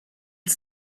ich